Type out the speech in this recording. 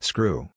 Screw